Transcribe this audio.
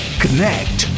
connect